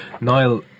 Niall